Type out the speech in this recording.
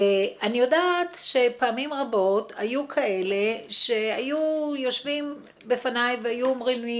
אני יודעת שפעמים רבות היו כאלה שהיו יושבים בפניי והיו אומרים לי,